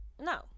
no